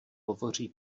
hovoří